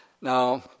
Now